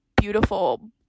beautiful